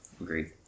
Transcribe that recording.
Agreed